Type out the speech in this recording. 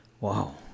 wow